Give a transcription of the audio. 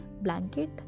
blanket